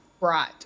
Right